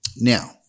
Now